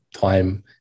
time